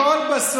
כבר,